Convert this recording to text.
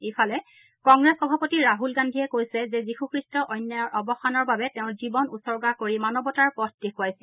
ইফালে কংগ্ৰেছ সভাপতি ৰাহুল গান্ধীয়ে কৈছে যে যীশুখ্ৰীষ্টই অন্যায়ৰ অৱসানৰ বাবে তেওঁৰ জীৱন উচৰ্গা কৰি মানৱতাৰ পথ দেখুৱাইছিল